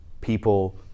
people